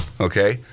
okay